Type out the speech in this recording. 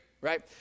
right